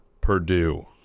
Purdue